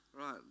Right